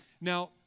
Now